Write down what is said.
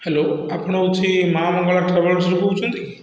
hello ଆପଣ ହଉଛି ମା ମଙ୍ଗଳା ଟ୍ରାଭେଲସରୁ କହୁଛନ୍ତି କି